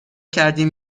کردیم